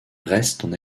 restent